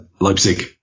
Leipzig